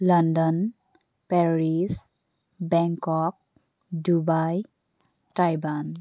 London Paris Bangkok Dubai Taiwan